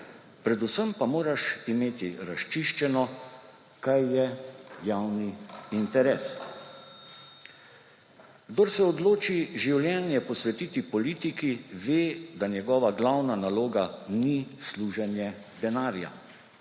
predvsem pa moraš imeti razčiščeno, kaj je javni interes. »Kdor se odloči življenje posvetiti politiki, ve, da njegova glavna naloga ni služenje denarja.«